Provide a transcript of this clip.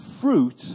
fruit